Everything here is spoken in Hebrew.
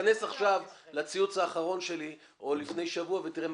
כנס עכשיו לציוץ האחרון שלי או לפני שבוע ותראה מה